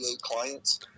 clients